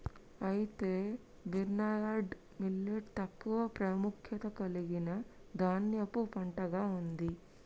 అయితే barnyard millet తక్కువ ప్రాముఖ్యత కలిగిన ధాన్యపు పంటగా ఉంది